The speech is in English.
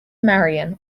marian